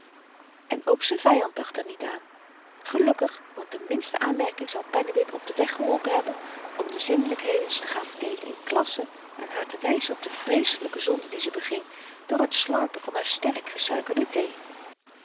en ook z'n vyand dacht er niet aan gelukkig want de minste aanmerking zou pennewip op den weg geholpen hebben om de zinnelykhedens te gaan verdeelen in klassen en haar te wyzen op de vreeselyke zonde die ze beging door t slorpen van haar sterk gesuikerde